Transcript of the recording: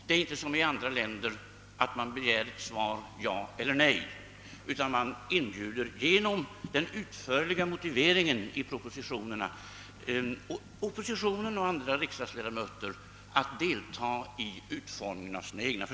Det är inte som i andra länder så att man begär svaret ja eller nej, utan genom den utförliga motiveringen i propositionerna inbjuder man oppositionen och andra riksdagsledamöter att delta i utformningen av förslagen.